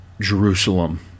Jerusalem